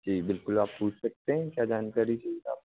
जी बिल्कुल आप पूछ सकते हैं क्या जानकारी चाहिए आपको